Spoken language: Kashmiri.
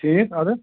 ٹھیٖک اَدٕ